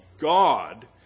God